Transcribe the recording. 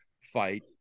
fight